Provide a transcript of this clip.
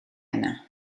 yna